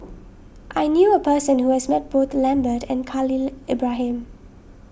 I knew a person who has met both Lambert and Khalil Ibrahim